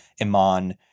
Iman